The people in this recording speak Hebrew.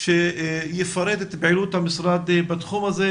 שיפרט את פעילות המשרד בתחום הזה.